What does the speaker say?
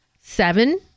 Seven